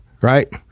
right